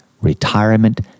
retirement